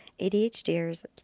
ADHDers